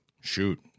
Shoot